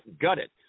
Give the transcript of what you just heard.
gutted